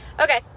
okay